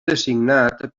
designat